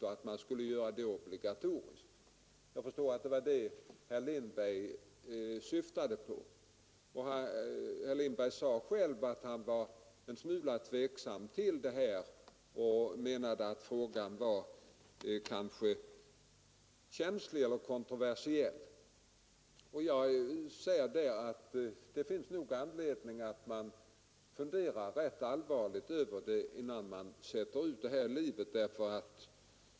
Det skulle alltså vara ett obligatoriskt förfarande. Jag förstår att det var den saken herr Lindberg syftade på. Men herr Lindberg sade också att han själv ställde sig en smula tveksam till tanken; frågan var kanske känslig och kontroversiell. Det finns nog anledning att man funderar rätt allvarligt innan man sätter i gång med detta.